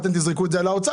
אתם תזרקו את זה על האוצר,